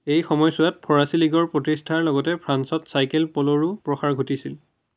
এই সময়ছোৱাত ফৰাচী লীগৰ প্ৰতিষ্ঠাৰ লগতে ফ্ৰান্সত চাইকেল প'ল'ৰো প্ৰসাৰ ঘটিছিল